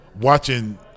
watching